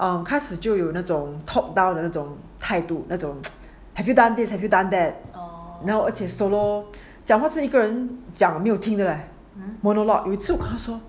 嗯开始就有那种 top down 的那种态度那种 have you done this have you done that now 而且 solo 讲他是一个人讲没有听的 eh monologue 有一次我跟他说